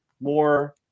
more